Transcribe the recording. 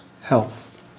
health